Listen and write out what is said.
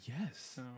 Yes